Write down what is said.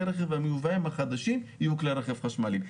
הרכב המיובאים החדשים יהיו כלי רכב חשמליים.